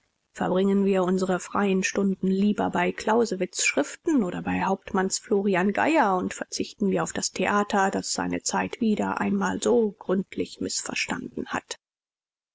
verbringen wir unsere freien stunden lieber bei clausewitz schriften oder bei hauptmanns florian geyer und verzichten wir auf das theater das seine zeit wieder einmal so gründlich mißverstanden hat